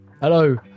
Hello